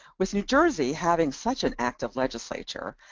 with new jersey having such an active legislature,